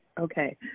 Okay